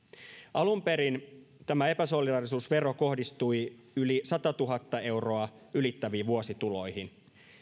alun perin tämä epäsolidaarisuusvero kohdistui yli satatuhatta euroa ylittäviin vuosituloihin